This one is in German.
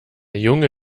junge